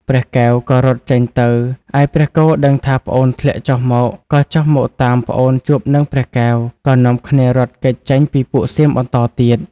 ព្រះកែវក៏រត់ចេញទៅ ឯព្រះគោដឹងថាប្អូនធ្លាក់ចុះមក ក៏ចុះមកតាមប្អូនជួបនឹងព្រះកែវក៏នាំគ្នារត់គេចចេញពីពួកសៀមបន្តទៀត។